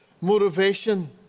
motivation